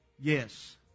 Yes